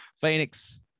Phoenix